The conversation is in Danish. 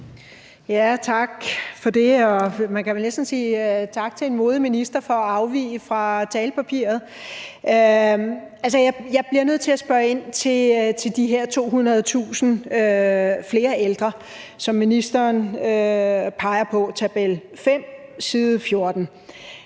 næsten sige tak til en modig minister for at afvige fra talepapiret. Jeg bliver nødt til at spørge ind til de her 200.000 flere ældre, som ministeren peger på i tabel 5, side 14.